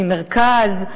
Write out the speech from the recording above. מהמרכז,